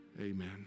Amen